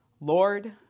Lord